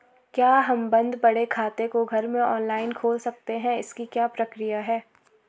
क्या हम बन्द पड़े खाते को घर में ऑनलाइन खोल सकते हैं इसकी क्या प्रक्रिया है?